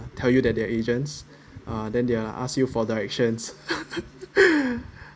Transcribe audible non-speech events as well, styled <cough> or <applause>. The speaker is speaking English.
tell you that they are agents uh then they'll ask you for directions <laughs>